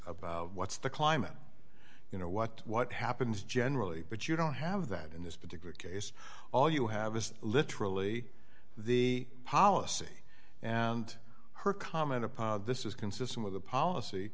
about what's the climate you know what what happens generally but you don't have that in this particular case all you have is literally the policy and her comment upon this is consistent with the policy